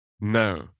No